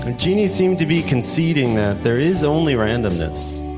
ah genie seemed to be conceding that there is only randomness,